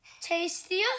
Tastier